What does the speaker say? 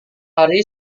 hari